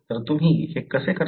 तर तुम्ही हे कसे करता